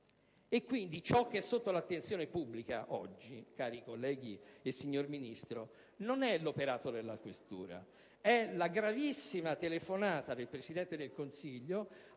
quindi è sotto l'attenzione pubblica oggi, cari colleghi e signor Ministro, non è l'operato della questura, bensì la gravissima telefonata del Presidente del Consiglio,